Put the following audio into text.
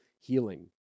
healing